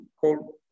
called